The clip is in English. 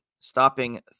Stopping